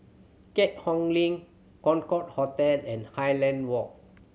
Keat Hong Link Concorde Hotel and Highland Walk